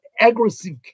aggressive